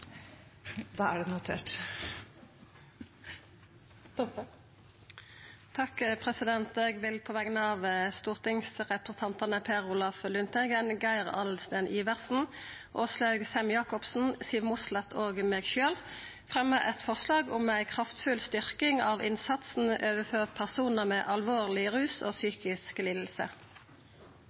Eg vil på vegner av stortingsrepresentantane Per Olaf Lundteigen, Geir Adelsten Iversen, Åslaug Sem-Jacobsen, Siv Mossleth og meg sjølv fremja eit forslag om ei kraftfull styrking av innsatsen overfor personar med alvorlege ruslidingar og